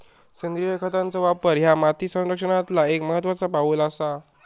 सेंद्रिय खतांचो वापर ह्या माती संरक्षणातला एक महत्त्वाचा पाऊल आसा